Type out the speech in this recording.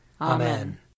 Amen